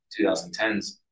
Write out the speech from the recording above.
2010s